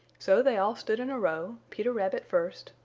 so they all stood in a row, peter rabbit first,